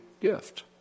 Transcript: gift